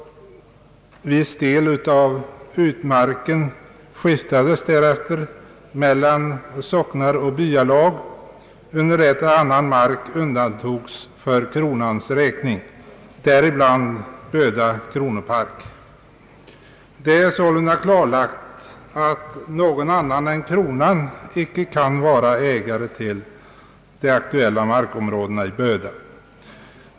Viss del av utmarken skiftades mellan socknar och byalag, under det att an Det är sålunda klarlagt, att någon annan än kronan icke kan vara ägare till de aktuella markområdena i Böda.